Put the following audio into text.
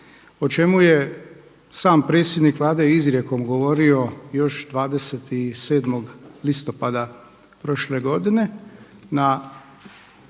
o čemu je sam predsjednik Vlade izrijekom govorio još 27. listopada prošle godine na 1.